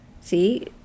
See